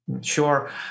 sure